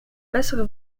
bessere